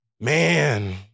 Man